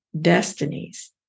destinies